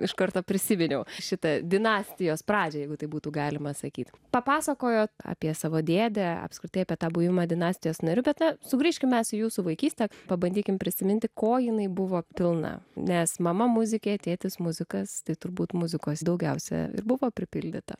iš karto prisiminiau šitą dinastijos pradžią jeigu tai būtų galima sakyti papasakojo apie savo dėdę apskritai apie tą buvimą dinastijos nariu bet sugrįžkime į jūsų vaikystę pabandykime prisiminti ko jinai buvo pilna nes mama muzikė tėtis muzikas tai turbūt muzikos daugiausiai buvo pripildyta